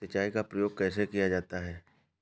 सिंचाई का प्रयोग कैसे किया जाता है?